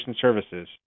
services